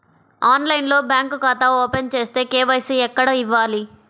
ఆన్లైన్లో బ్యాంకు ఖాతా ఓపెన్ చేస్తే, కే.వై.సి ఎక్కడ ఇవ్వాలి?